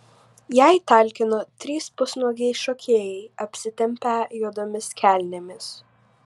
jai talkino trys pusnuogiai šokėjai apsitempę juodomis kelnėmis